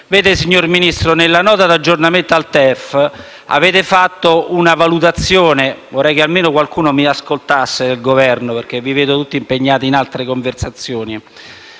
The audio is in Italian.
Signor Ministro, nella Nota di aggiornamento al DEF avete fatto una valutazione, ma vorrei che almeno qualcuno del Governo mi ascoltasse, perché vi vedo tutti impegnati in altre conversazioni.